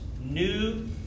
New